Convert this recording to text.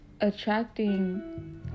attracting